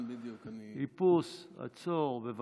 איפוס, עצור, בבקשה.